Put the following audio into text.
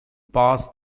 pass